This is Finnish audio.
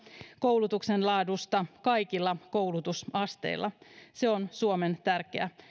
koulutuksen laadusta kaikilla koulutusasteilla se on suomen tärkeä